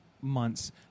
months